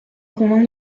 convainc